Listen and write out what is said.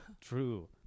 true